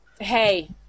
Hey